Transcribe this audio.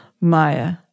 Maya